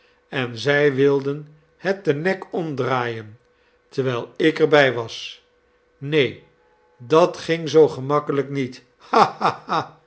en zij wilden het den nek omdraaien terwijl ik er bij was neen dat ging zoo gemakkelijk niet